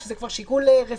שזה כבר שיקול רפואי,